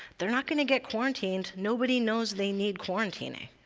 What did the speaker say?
they're not going to get quarantined. nobody knows they need quarantining.